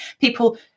People